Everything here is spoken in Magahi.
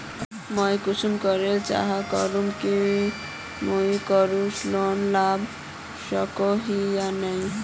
मुई कुंसम करे जाँच करूम की मुई कृषि लोन लुबा सकोहो ही या नी?